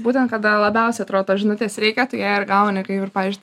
būtent kada labiausiai atro tos žinutės reikia tu ją ir gauni kaip ir pavyzdžiui